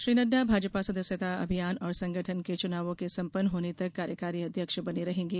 श्री नड्डा भाजपा सदस्यता अभियान और संगठन के चुनावों के संपन्न होने तक कार्यकारी अध्यक्ष बने रहेंगे